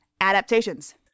adaptations